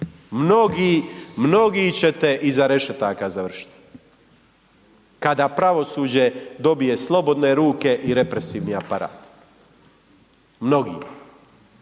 mnogi čete iza rešetaka završiti kada pravosuđe dobije slobodne ruke i represivni aparat, mnogi.